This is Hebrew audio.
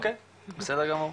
אוקי בסדר גמור.